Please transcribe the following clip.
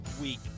week